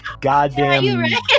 goddamn